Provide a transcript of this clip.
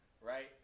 right